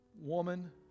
woman